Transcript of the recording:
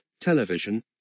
television